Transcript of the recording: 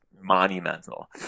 monumental